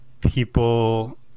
people